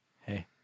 Hey